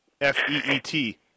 F-E-E-T